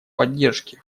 поддержки